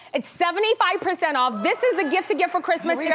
it's seventy five percent off. this is the gift to get for christmas. yeah